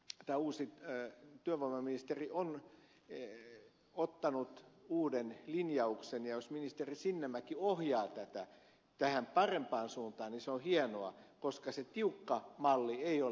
tätä uusi käyttö vaan nimenomaan on ottanut uuden linjauksen ja jos ministeri sinnemäki ohjaa tätä tähän parempaan suuntaan niin se on hienoa koska se tiukka malli ei ole välttämätön